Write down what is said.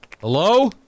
Hello